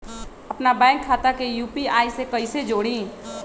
अपना बैंक खाता के यू.पी.आई से कईसे जोड़ी?